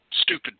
stupid